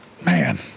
man